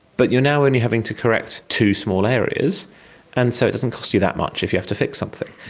but you are now only having to correct two small areas and so it doesn't cost you that much if you have to fix something.